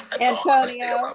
Antonio